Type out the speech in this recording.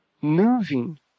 moving